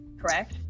correct